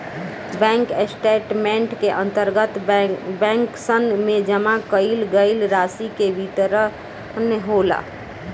bank statement के अंतर्गत बैंकसन में जमा कईल गईल रासि के विवरण होला